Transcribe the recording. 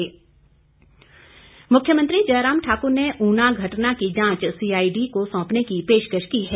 हंगामा मुख्यमंत्री जयराम ठाक्र ने ऊना घटना की जांच सीआईडी को सौंपने की पेशकश की है